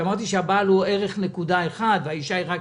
כשאמרתי שהבעל הוא ערך 1 והאישה היא רק